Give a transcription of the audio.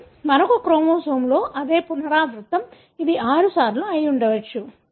కానీ మరొక క్రోమోజోమ్లో అదే పునరావృతం అది 6 సార్లు ఉండవచ్చు